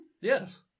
Yes